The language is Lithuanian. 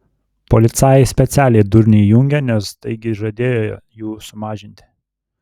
policajai specialiai durnių įjungė nes taigi žadėjo jų sumažinti